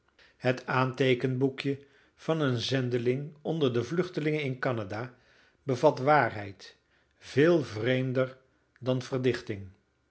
het aanteekenboekje van een zendeling onder de vluchtelingen in canada bevat waarheid veel vreemder dan verdichting